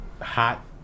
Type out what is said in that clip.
hot